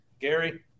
Gary